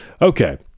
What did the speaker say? okay